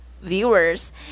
viewers